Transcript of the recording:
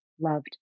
loved